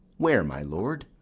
where, my lord?